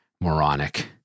moronic